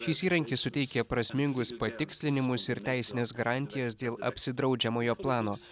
šis įrankis suteikia prasmingus patikslinimus ir teisinės garantijos dėl apsidraudžiamojo plano